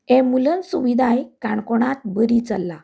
ambulance सुविधाय काणकोणांत बरी चल्लां